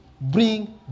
bring